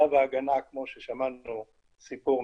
צו ההגנה, כמו ששמענו קודם,